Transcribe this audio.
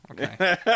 okay